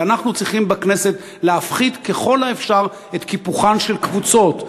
ואנחנו צריכים בכנסת להפחית ככל האפשר את קיפוחם של קבוצות,